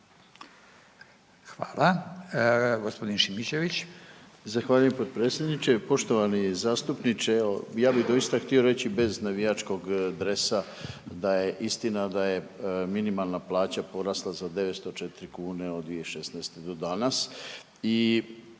Rade (HDZ)** Zahvaljujem, potpredsjedniče. Poštovani zastupniče, evo ja bi doista htio reći bez navijačkog dresa, da je istina da je minimalna plaća porasla za 904 kune od 2016. do danas